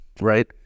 right